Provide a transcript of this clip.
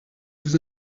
vous